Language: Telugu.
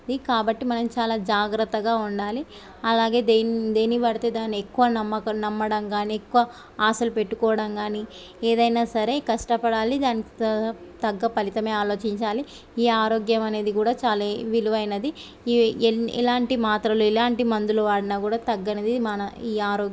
కాబట్టి మనం చాలా జాగ్రత్తగా ఉండాలి అలాగే దేన్ని దేన్ని పడితే దాన్ని ఎక్కువ నమ్మకు నమ్మడం కానీ ఎక్కువ ఆశలు పెట్టుకోవడం కానీ ఏదైనా సరే కష్టపడాలి దానికి త తగ్గ ఫలితమే ఆలోచించాలి ఈ ఆరోగ్యం అనేది కూడా చాలా విలువైనది ఈ ఎన్ని ఎలాంటి మాత్రలు ఎలాంటి మందులు వాడిన కూడా తగ్గనది ఈ మన ఈ ఆరో